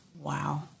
Wow